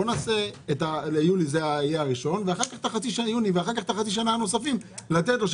בואו נעשה את יולי הראשון ואחר כך את חצי השנה הנוספים לתת לו,